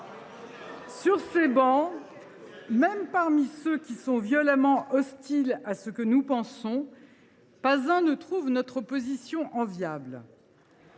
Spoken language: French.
sur ces bancs, même parmi ceux qui sont violemment hostiles à ce que nous pensons, pas un ne trouve notre position enviable.